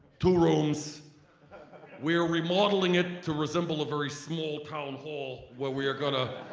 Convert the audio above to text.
two rooms we are remodeling it to resemble a very small town hall where we are gonna